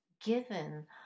given